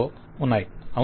client అవును